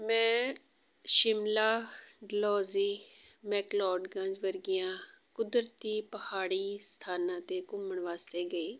ਮੈਂ ਸ਼ਿਮਲਾ ਡਲਹੋਜੀ ਮੈਕਲੋਡਗੰਜ ਵਰਗੀਆਂ ਕੁਦਰਤੀ ਪਹਾੜੀ ਸਥਾਨਾਂ 'ਤੇ ਘੁੰਮਣ ਵਾਸਤੇ ਗਈ